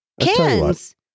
cans